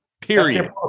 Period